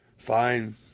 Fine